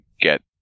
get